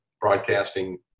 broadcasting